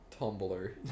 Tumblr